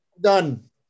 Done